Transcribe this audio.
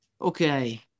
Okay